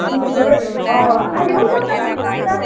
ঠিক আছে বাৰু অঁ আহিবচোন কালি আমাৰ তাত